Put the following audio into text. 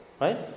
right